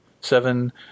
Seven